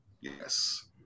Yes